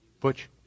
Butch